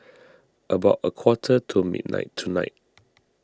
about a quarter to midnight tonight